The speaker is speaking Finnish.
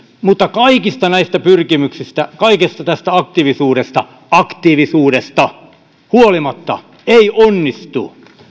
mutta kaikista näistä pyrkimyksistä kaikesta tästä aktiivisuudesta aktiivisuudesta huolimatta ei onnistu